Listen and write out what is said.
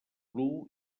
bru